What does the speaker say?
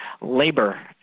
labor